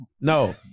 No